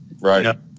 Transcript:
Right